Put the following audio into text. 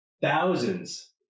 thousands